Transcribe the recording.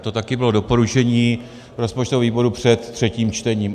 To taky bylo doporučení rozpočtového výboru před třetím čtením.